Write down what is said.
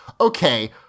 Okay